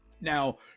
Now